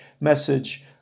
message